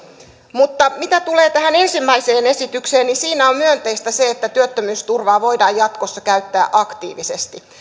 mutta mitä tulee tähän ensimmäiseen esitykseen niin siinä on myönteistä se että työttömyysturvaa voidaan jatkossa käyttää aktiivisesti